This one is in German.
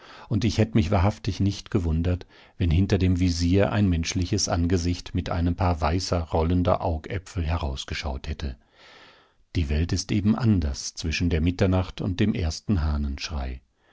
und ich hätt mich wahrhaftig nicht gewundert wenn hinter dem visier ein menschliches angesicht mit einem paar weißer rollender augäpfel herausgeschaut hätte die welt ist eben anders zwischen der mitternacht und dem ersten